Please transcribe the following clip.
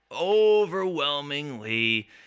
Overwhelmingly